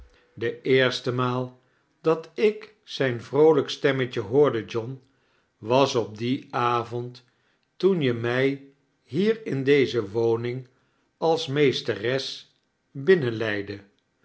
de eerste meal dat ik zijn vroolijk stemmetje hoorde john was op dien avohd toen je mij hier in deze woning als meesteres